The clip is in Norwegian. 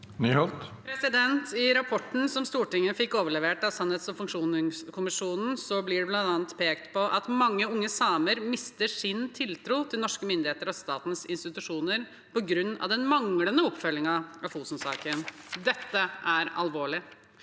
I rapporten som Stortinget fikk overlevert av sannhets- og forsoningskommisjonen, blir det bl.a. pekt på at mange unge samer mister sin tiltro til norske myndigheter og statens institusjoner på grunn av den manglende oppfølgingen av Fosen-saken. Dette er alvorlig.